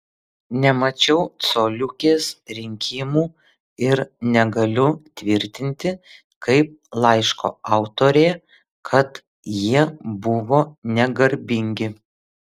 nemačiau coliukės rinkimų ir negaliu tvirtinti kaip laiško autorė kad jie buvo negarbingi